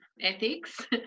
ethics